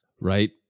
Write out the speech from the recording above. Right